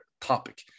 topic